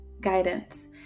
guidance